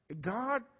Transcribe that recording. God